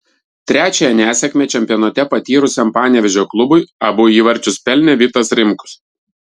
trečiąją nesėkmę čempionate patyrusiam panevėžio klubui abu įvarčius pelnė vitas rimkus